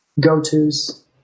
go-tos